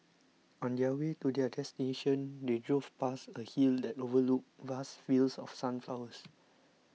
on their way to their destination they drove past a hill that overlooked vast fields of sunflowers